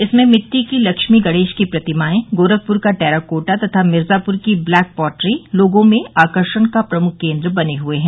इसमें मिट्टी की लक्ष्मी गणेश की प्रतिमाए गोरखपुर का टेराकोटा तथा मिर्जापुर की ब्लैक पॉटरी लोगों में आकर्षण का प्रमुख केन्द्र बने हुए हैं